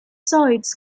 sites